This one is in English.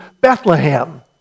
Bethlehem